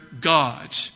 God